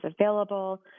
available